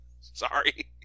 Sorry